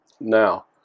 now